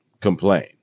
complain